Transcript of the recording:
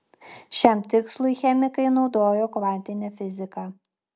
šiam tikslui chemikai naudojo kvantinę fiziką